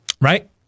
right